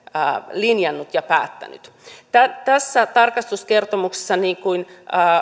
linjannut ja päättänyt tässä tarkastuskertomuksessa niin kuin